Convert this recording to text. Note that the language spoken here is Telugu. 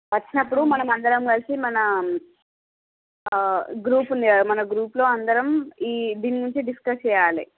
వచ్చినప్పుడు మనమందరం కలిసి మన గ్రూప్ ఉంది కదా మన గ్రూపు లో అందరం ఈ దీని గురించి డిస్కస్ చేయాలి